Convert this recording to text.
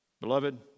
Beloved